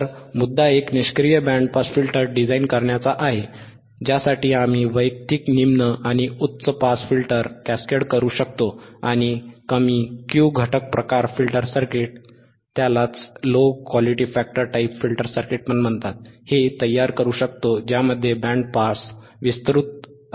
तर मुद्दा एक निष्क्रिय बँड पास फिल्टर डिझाइन करण्याचा आहे ज्यासाठी आम्ही वैयक्तिक निम्न आणि उच्च पास फिल्टर कॅस्केड करू शकतो आणि कमी Q घटक प्रकार फिल्टर सर्किट तयार करू शकतो ज्यामध्ये बँड पास विस्तृत आहे